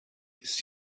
ist